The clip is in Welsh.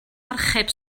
archeb